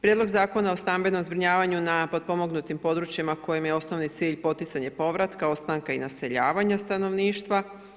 Prijedlog zakona o stambenom zbrinjavanju na potpomognutim područjima kojima je osnovni cilj poticanje povratka ostanka i naseljavanja stanovništva.